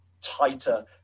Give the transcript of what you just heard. tighter